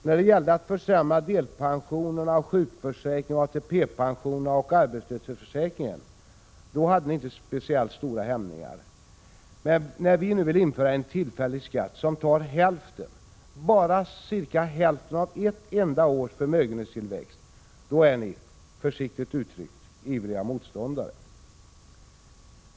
När det gällde att försämra delpensionerna, sjukförsäkringen, ATP och arbetslöshetsförsäkringen, då hade ni inte speciellt stora hämningar, men när vi nu vill införa en tillfällig skatt som tar hälften — bara cirka hälften — av ett enda års förmögenhetstillväxt, då är ni, försiktigt uttryckt, ivriga motståndare.